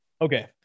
Okay